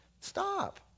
Stop